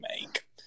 make